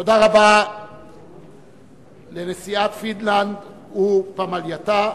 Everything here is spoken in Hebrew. תודה רבה לנשיאת פינלנד ופמלייתה.